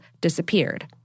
disappeared